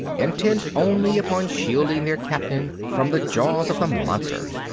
intent only upon shielding their captain from the jaws of the monster.